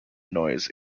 noise